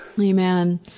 Amen